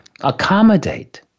accommodate